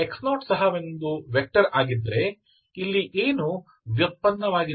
x0 ಸಹ ಒಂದು vector ಆಗಿದ್ದರೆ ಇಲ್ಲಿ ಏನು ವ್ಯುತ್ಪನ್ನವಾಗಿದೆ